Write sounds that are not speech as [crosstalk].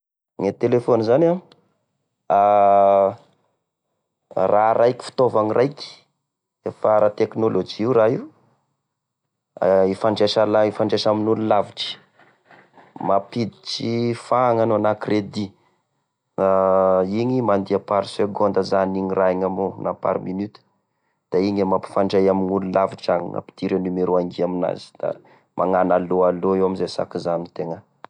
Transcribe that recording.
Gne telefôny zany an! [hesitation] raha raiky fitaovany raiky, efa ara tekonolojia io raha io; [hesitation] ifandraisan'la- ifandraisa amin'olo lavitra, mampiditry fahana agnao na credit; [hesitation] igny mandeha par seconde zany iny raha iny amignao na par minute, da igny e mampifandray amign'olo lavitry agny ampidiro e numero angia aminazy da magnano allô allô eo amizay sy akizano itegna.